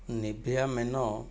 Nivea men